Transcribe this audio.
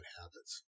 habits